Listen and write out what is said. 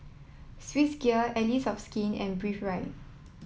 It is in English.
Swissgear Allies of Skin and Breathe Right